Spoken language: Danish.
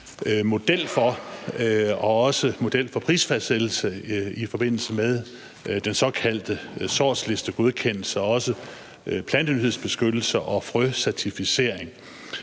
model for prisfastsættelse, i forbindelse med den såkaldte sortslistegodkendelse, plantenyhedsbeskyttelse og frøcertificering.